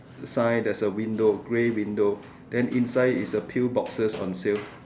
sign there's a window grey window then inside is a peal boxes on sale